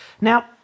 Now